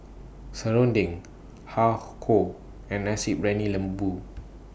Serunding Har Kow and Nasi Briyani Lembu